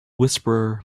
whisperer